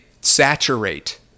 saturate